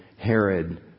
Herod